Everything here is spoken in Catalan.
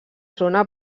zona